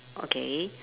okay